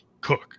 cook